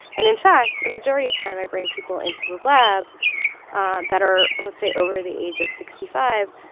and in fact, the majority of time i bring people into the lab ah that are, let's say, over the age of sixty five,